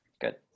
good